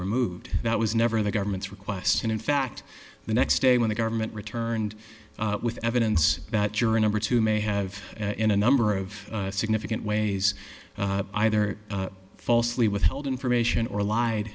removed that was never the government's request and in fact the next day when the government returned with evidence that juror number two may have in a number of significant ways either falsely withheld information or lied